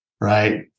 right